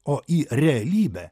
o į realybę